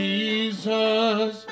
Jesus